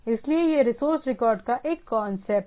इसलिए यह resource record का एक कांसेप्ट है